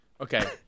Okay